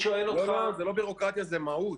זה לא בירוקרטיה, זה מהות.